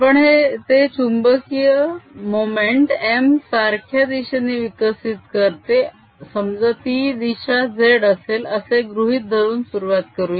आपण ते चुंबकीय मोमेंट m सारख्या दिशेने विकसित करते समजा ती दिशा z असेल असे गृहीत धरून सुरुवात करूया